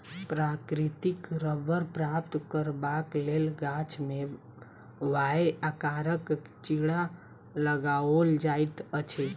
प्राकृतिक रबड़ प्राप्त करबाक लेल गाछ मे वाए आकारक चिड़ा लगाओल जाइत अछि